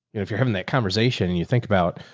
if you're having that conversation and you think about,